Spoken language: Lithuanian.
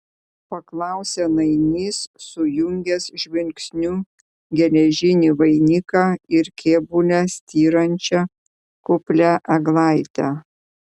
paklausė nainys sujungęs žvilgsniu geležinį vainiką ir kėbule styrančią kuplią eglaitę